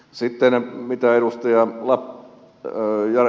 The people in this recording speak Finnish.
sitten mitä ed